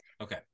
Okay